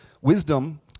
wisdom